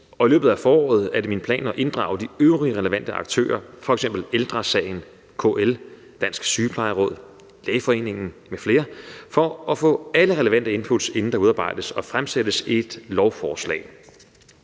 i løbet af foråret er det min plan at inddrage de øvrige relevante aktører, Ældre Sagen, KL, Dansk Sygeplejeråd, Lægeforeningen m.fl., for at få alle relevante input, inden der udarbejdes og fremsættes et lovforslag,